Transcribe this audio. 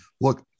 look